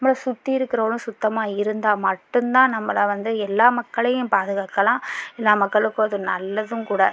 நம்மளை சுற்றி இருக்கறவளும் சுத்தமாக இருந்தா மட்டும்தான் நம்மளை வந்து எல்லா மக்களையும் பாதுகாக்கலாம் எல்லா மக்களுக்கும் அது நல்லதும் கூட